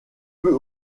peut